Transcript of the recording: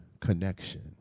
connection